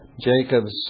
Jacob's